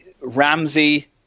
Ramsey